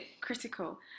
critical